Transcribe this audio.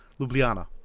Ljubljana